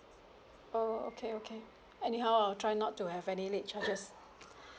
oh okay okay anyhow I'll try not to have any late charges